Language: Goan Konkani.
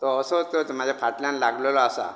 तो असोच म्हाज्या फाटल्यान लागलेलो आसा